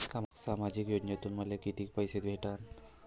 सामाजिक योजनेतून मले कितीक पैसे भेटन?